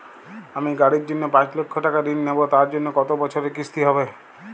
আমি গাড়ির জন্য পাঁচ লক্ষ টাকা ঋণ নেবো তার জন্য কতো বছরের কিস্তি হবে?